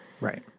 Right